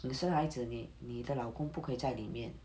你生孩子你的老公不可以在里面 or ya 对 eh I think singapore also like bah hygiene and